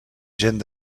gent